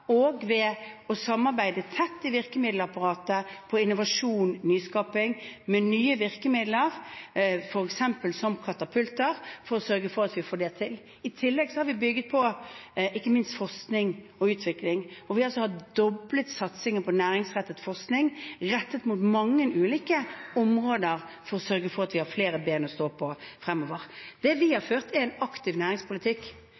og ved å samarbeide tett i virkemiddelapparatet om innovasjon og nyskaping med nye virkemidler, f.eks. som katapulter, for å sørge for at vi får det til. I tillegg har vi bygget på forskning og utvikling, og vi har doblet satsingen på næringsrettet forskning rettet mot mange ulike områder for å sørge for at vi har flere ben å stå på fremover. Det vi